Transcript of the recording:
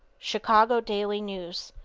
chicago daily news,